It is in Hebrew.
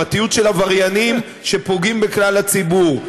פרטיות של עבריינים שפוגעים בכלל הציבור.